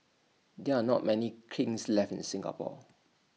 there are not many kilns left in Singapore